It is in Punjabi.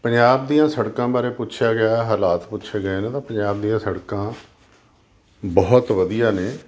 ਪੰਜਾਬ ਦੀਆਂ ਸੜਕਾਂ ਬਾਰੇ ਪੁੱਛਿਆ ਗਿਆ ਹਾਲਾਤ ਪੁੱਛੇ ਗਏ ਨੇ ਤਾਂ ਪੰਜਾਬ ਦੀਆਂ ਸੜਕਾਂ ਬਹੁਤ ਵਧੀਆ ਨੇ